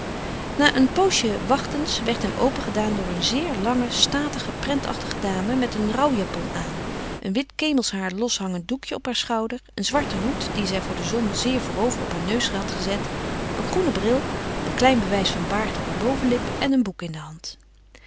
na een poosje wachtens werd hem opengedaan door een zeer lange statige prentachtige dame met een rouwjapon aan een wit kemelshaar loshangend doekje op haar schouder een zwarten hoed dien zij voor de zon zeer voorover op haar neus had gezet een groenen bril een klein bewijs van baard op haar bovenlip en een boek in de hand